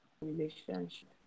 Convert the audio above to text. relationship